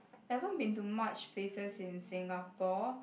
haven't been to much places in Singapore